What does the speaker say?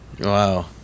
Wow